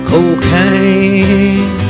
Cocaine